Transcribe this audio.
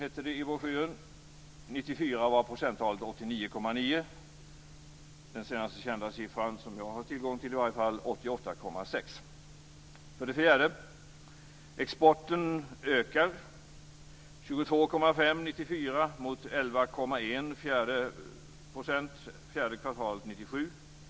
1994 var procenttalet 89,9. Den senaste kända siffra som jag har tillgång till är 88,6 %. För det fjärde: "Exporten ökar." Det var 22,5 % år 1994 mot 11,1 % fjärde kvartalet 1997.